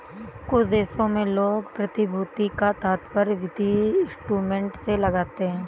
कुछ देशों में लोग प्रतिभूति का तात्पर्य वित्तीय इंस्ट्रूमेंट से लगाते हैं